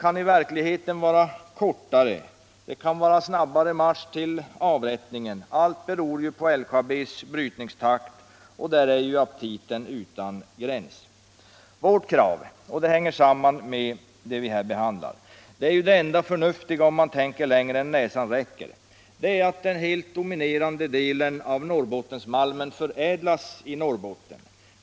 I verkligheten kan tiden vara kortare. Marschen till avrättning kan gå snabbare. Allt beror på LKAB:s brytningstakt. Och där är som bekant aptiten utan gräns. Vårt krav — som sammanhänger med den fråga vi här behandlar — är det enda förnuftiga, om man tänker längre än näsan räcker. Vi kräver att den helt dominerande delen av Norrbottensmalmen förädlas i Norrbotten.